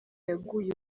yaguye